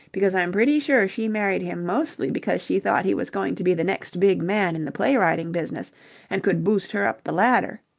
because i'm pretty sure she married him mostly because she thought he was going to be the next big man in the play-writing business and could boost her up the ladder.